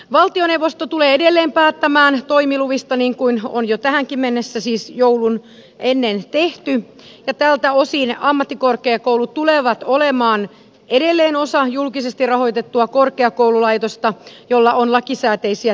valtioneuvosto tulee edelleen päättämään toimiluvista niin kuin on jo tähänkin mennessä siis joulua ennen tehty ja tältä osin ammattikorkeakoulut tulevat olemaan edelleen osa julkisesti rahoitettua korkeakoululaitosta jolla on lakisääteisiä tehtäviä